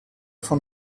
von